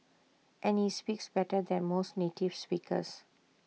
and he speaks better than most native speakers